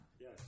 Yes